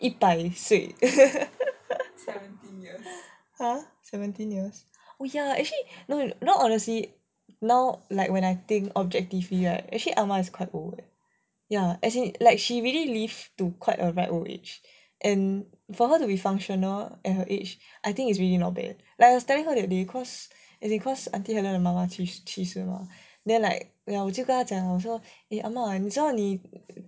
一百岁 !huh! seventeen years actually no no honestly now like when I think objectively right actually ah ma is quite old ya as in like she really live to quite a ripe old age and for her to be functional at her age I think it's really not bad like I was telling her that day cause as in cause I think 妈妈讲活到七十多 then like 我就跟她讲我说 eh ah ma 你知道你